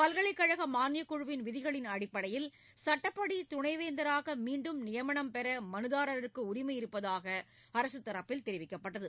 பல்கலைக்கழக மாளியக்குழுவின் விதிகளின் அடிப்படையில் சுட்டப்படி துணைவேந்தராக மீண்டும் நியமனம் பெற மனுதாரருக்கு உரிமை இருப்பதாக அரசு தரப்பில் தெரிவிக்கப்பட்டது